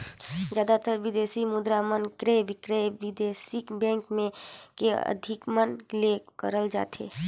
जादातर बिदेसी मुद्रा मन क्रय बिक्रय बिदेसी बेंक मन के अधिमन ले करत जाथे